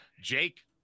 Jake